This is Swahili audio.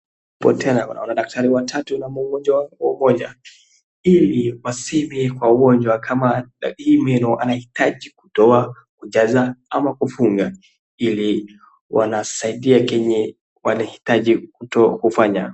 Madaktari wawili wanasaidia